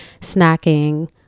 snacking